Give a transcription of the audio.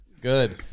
Good